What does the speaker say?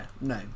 no